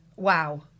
Wow